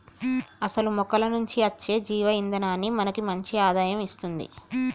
అసలు మొక్కల నుంచి అచ్చే జీవ ఇందనాన్ని మనకి మంచి ఆదాయం ఇస్తుంది